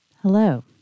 hello